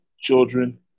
children